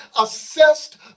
assessed